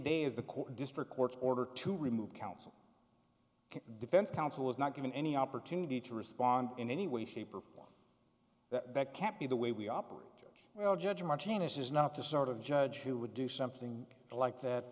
day as the court district court's order to remove counsel defense counsel was not given any opportunity to respond in any way shape or form that can't be the way we operate well judge martinez is not the sort of judge who would do something like that